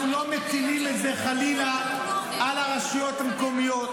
אנחנו לא מטילים את זה חלילה על הרשויות המקומיות,